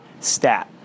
Stat